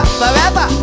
forever